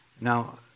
Now